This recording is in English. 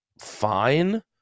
fine